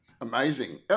Amazing